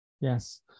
yes